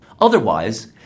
Otherwise